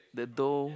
the dough